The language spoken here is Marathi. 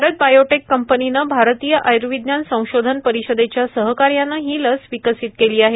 भारत बायोटेक कंपनीनं भारतीय आय्र्विज्ञान संशोधन परिषदेच्या सहकार्यानं ही लस विकसित केली आहे